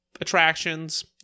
attractions